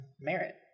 merit